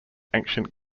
ancient